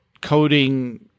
coding